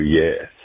yes